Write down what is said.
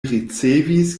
ricevis